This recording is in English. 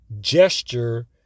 gesture